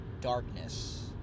darkness